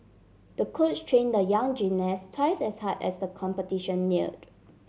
the coach trained the young gymnast twice as hard as the competition neared